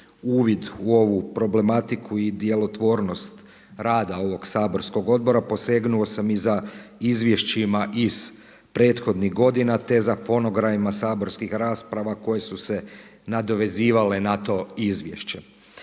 uvid u ovu problematiku i djelotvornost rada ovog saborskog odbora posegnuo sam i za izvješćima iz prethodnih godina, te za fonogramima saborskih rasprava koje su se nadovezivale na to izvješće.